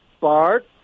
Bart